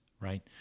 right